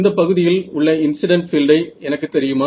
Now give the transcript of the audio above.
இந்தப் பகுதியில் உள்ள இன்ஸிடன்ட் பீல்டை எனக்கு தெரியுமா